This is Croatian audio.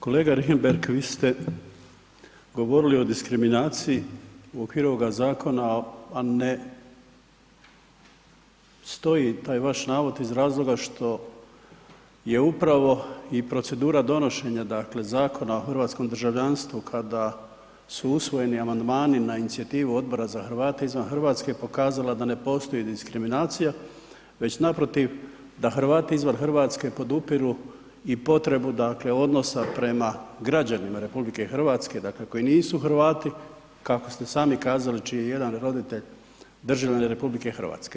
Kolega Richembergh vi ste govorili o diskriminaciji u okviru ovoga zakona, a ne stoji taj vaš navod iz razloga što je upravo i profesura donošenja Zakona o hrvatskom državljanstvu kada su usvojeni amandmani na inicijativu Odbora za Hrvate izvan RH pokazala da ne postoji diskriminacija već naprotiv da Hrvati izvan RH podupiru i potrebu odnosa prema građanima RH koji nisu Hrvati, kako ste sami kazali čiji je jedan roditelj državljanin RH.